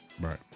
Right